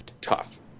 tough